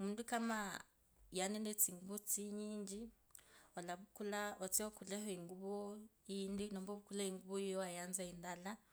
omuntu kamaa unende etsinguvu tsinyichi, utseokulekho inguvu indi nomba ovukulekho inguvu yiyo yawayanza ondaka.